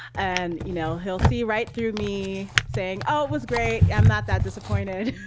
and, you know, he'll see right through me saying, oh, it was great i'm not that disappointed.